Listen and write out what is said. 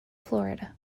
florida